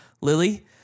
Lily